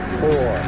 four